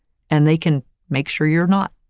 and they can make sure you're not.